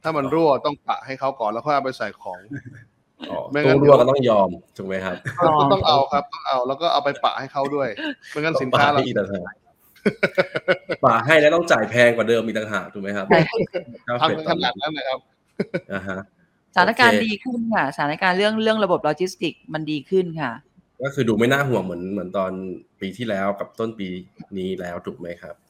ถ้ามันรั่วต้องปะให้เขาก่อน แล้วค่อยเอาไปใส่ของอ๋อไม่งั้นตู้รั่วก็ต้องยอม ถูกไหมครับ? ก็ต้องเอาครับ ต้องเอา แล้วก็เอาไปปะให้เขาด้วย ไม่งั้นสินค้าเราปะให้อีกแล้วครับเสียหาย ปะให้แล้วต้องจ่ายแพงกว่าเดิมอีกต่างหาก ถูกไหมครับ?เอาเงินขนาดนั้นเลยครับอ่าฮะสถานการณ์โอเคดีขึ้นค่ะ สถานการณ์เรื่อง- เรื่องระบบโลจิสติกส์มันดีขึ้นค่ะก็คือดูไม่น่าห่วงเหมือน- เหมือนตอนปีที่แล้วกับต้นปีนี้แล้ว ถูกไหมครับ?